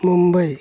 Mumbai